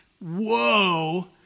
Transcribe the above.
whoa